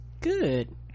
Good